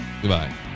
Goodbye